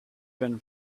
been